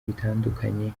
bitandukanye